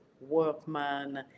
workman